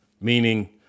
Meaning